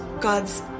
God's